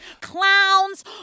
Clowns